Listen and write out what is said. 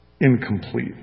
incomplete